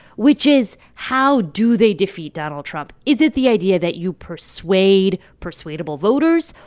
which is how do they defeat donald trump? is it the idea that you persuade persuadable voters?